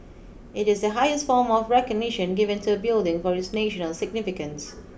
it is the highest form of recognition given to a building for its national significance